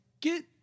get